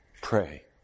pray